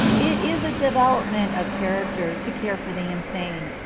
it is a development of character to care for the insane,